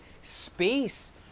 space